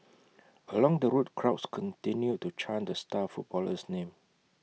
along the route crowds continued to chant the star footballer's name